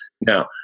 Now